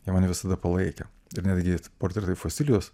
jie mane visada palaikė ir netgi portretai fosilijos